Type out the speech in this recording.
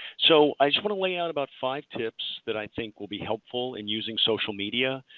so i just want to lay out about five tips that i think will be helpful in using social media.